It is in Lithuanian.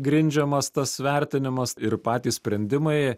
grindžiamas tas vertinimas ir patys sprendimai